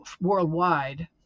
worldwide